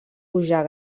pujar